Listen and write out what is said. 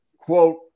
quote